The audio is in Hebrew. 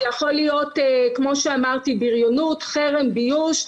זה יכול להיות כמו שאמרתי, בריונות, חרם, ביוש,